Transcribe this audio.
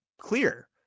clear